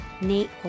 Nate